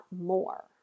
more